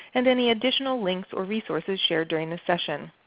and any additional links or resources shared during this session.